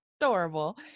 adorable